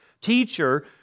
teacher